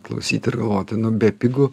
klausyti ir galvoti nu bepigu